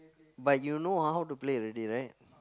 but you know ah how to play already right